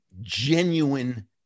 genuine